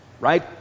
right